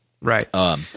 Right